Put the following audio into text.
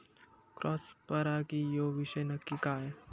Cross परागी ह्यो विषय नक्की काय?